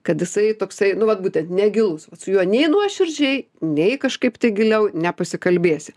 kad jisai toksai nu vat būtent negilus su juo nei nuoširdžiai nei kažkaip giliau nepasikalbėsi